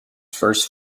first